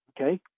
okay